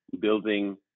building